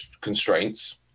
constraints